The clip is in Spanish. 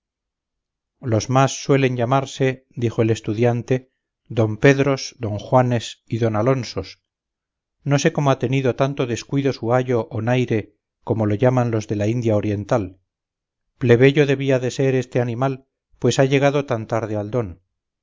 los más suelen llamarse dijo el estudiante don pedros don juanes y don alonsos no sé cómo ha tenido tanto descuido su ayo o naire como lo llaman los de la india oriental plebeyo debía de ser este animal pues ha llegado tan tarde al don